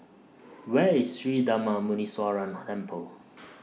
Where IS Sri Darma Muneeswaran Temple